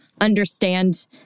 understand